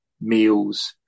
meals